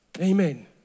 Amen